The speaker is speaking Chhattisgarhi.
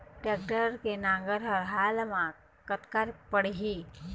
टेक्टर के नांगर हर हाल मा कतका पड़िही?